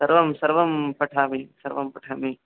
सर्वं सर्वं पठामि सर्वं पठामि